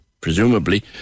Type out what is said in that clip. Presumably